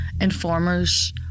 informers